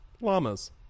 llamas